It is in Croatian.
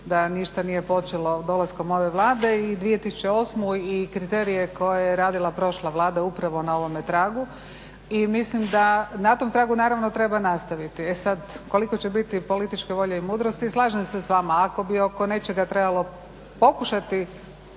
da ništa nije počelo dolaskom ove Vlade i 2008. i kriterije koje je radila prošla Vlada upravo na ovome tragu i mislim da na tom tragu naravno treba nastaviti. E sad koliko će biti političke volje i mudrosti, slažem se s vama. Ako bi oko nečega trebalo pokušati